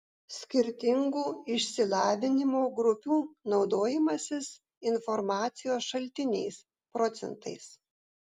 skirtingų išsilavinimo grupių naudojimasis informacijos šaltiniais procentais